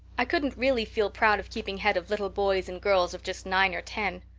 i couldn't really feel proud of keeping head of little boys and girls of just nine or ten.